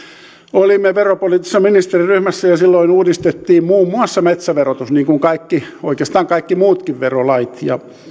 kun olimme veropoliittisessa ministeriryhmässä silloin uudistettiin muun muassa metsäverotus niin kuin oikeastaan kaikki muutkin verolait